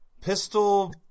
pistol